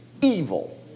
evil